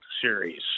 series